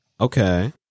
okay